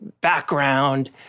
background